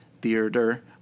theater